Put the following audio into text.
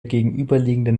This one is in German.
gegenüberliegenden